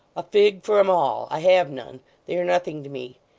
a fig for em all i have none they are nothing to me.